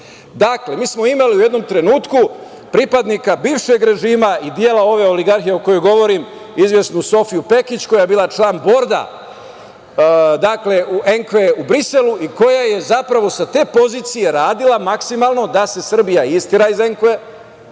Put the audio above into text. proverite. Mi smo imali u jednom trenutku pripadnika bivšeg režima i dela ove oligarhije o kojoj govorim, izvesnu Sofiju Pekić koja je bila član borda ENKVA u Briselu i koja je sa te pozicije radila maksimalno da se Srbija istera iz